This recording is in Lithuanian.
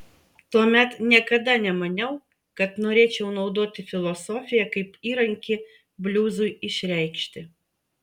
tuomet niekada nemaniau kad norėčiau naudoti filosofiją kaip įrankį bliuzui išreikšti